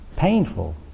Painful